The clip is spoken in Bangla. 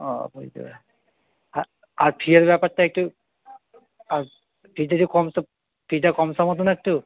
ও বুঝতে আর আর ফি এর ব্যাপারটা একটু আর কম সম কিছুটা কম সম হতো না একটু